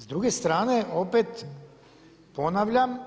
S druge strane opet ponavljam,